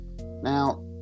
Now